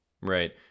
Right